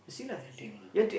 that's thething lah